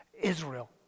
Israel